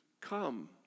come